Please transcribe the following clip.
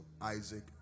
Isaac